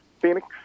Phoenix